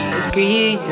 agree